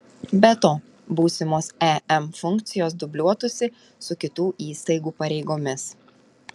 be to būsimos em funkcijos dubliuotųsi su kitų įstaigų pareigomis